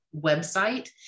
website